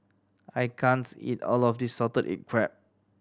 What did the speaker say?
I can't eat all of this salted egg crab